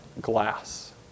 glass